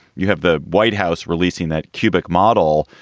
you have the white house releasing that kubic model,